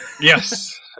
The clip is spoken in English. Yes